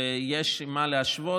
ויש עם מה להשוות.